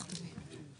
(טאבלט)?